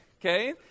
okay